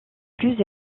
plus